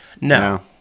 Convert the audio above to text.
No